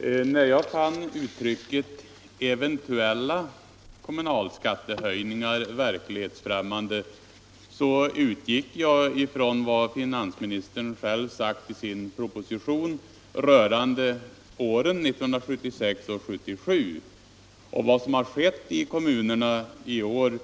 Herr talman! När jag fann uttrycket ”eventuella kommunalskattehöjningar” verklighetsfrämmande utgick jag från vad finansministern själv har sagt i sin proposition rörande åren 1976 och 1977. Det som skett i kommunerna i år